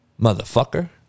Motherfucker